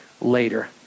later